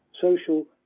social